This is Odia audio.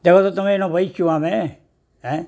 ଦେବେ ତମେ ଏଇନ ବସିଛୁ ଆମେ